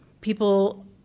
people